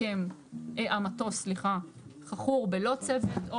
המטוס חכור בלא צוות.